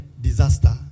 Disaster